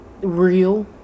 real